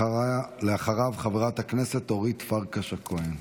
ואחריו, חברת הכנסת אורית פרקש הכהן.